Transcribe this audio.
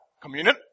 Communion